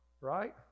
right